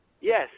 Yes